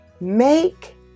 Make